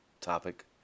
topic